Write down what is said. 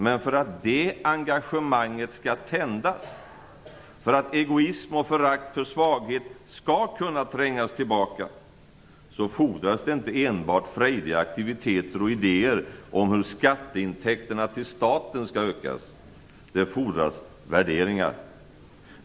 Men för att det engagemanget skall tändas och för att egoism och förakt för svaghet skall kunna trängas tillbaka fordras det inte enbart frejdiga aktiviteter och idéer om hur skatteintäkterna till staten skall ökas. Det fordras värderingar.